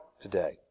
today